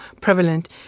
prevalent